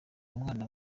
umwana